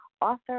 author